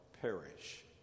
perish